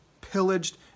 pillaged